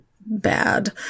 bad